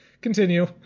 Continue